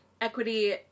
equity